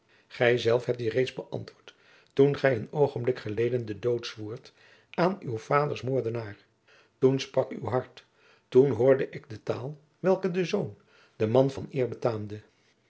gij zelf hebt die reeds bëantwoord toen gij een oogenblik geleden den dood zwoert aan uws vaders moordenaar toen sprak uw hart toen hoorde ik de taal welke den zoon den man van eer betaamde